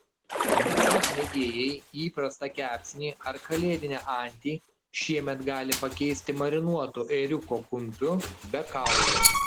mėsos mėgėjai įprastą kepsnį ar kalėdinę antį šiemet gali pakeisti marinuotu ėriuko kumpiu be kaulų